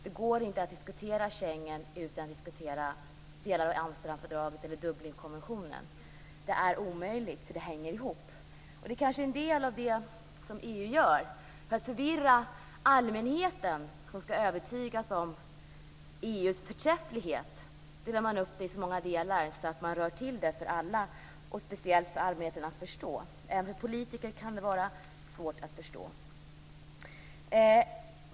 Det går inte att diskutera Schengen utan att diskutera delar av Amsterdamfördraget eller Dublinkonventionen - allt hänger ihop. Det är kanske en del av det som EU gör. För att förvirra allmänheten, som skall övertygas om EU:s förträfflighet, delar man upp det i så många delar att man rör till det för alla. Det blir speciellt svårt för allmänheten att förstå, men även för politiker kan det vara svårt att förstå.